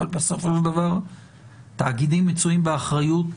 אבל בסופו של דבר תאגידים מצויים באחריות